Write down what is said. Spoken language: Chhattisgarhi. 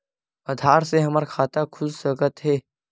आधार से हमर खाता खुल सकत हे?